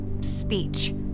speech